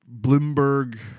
Bloomberg